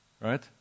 right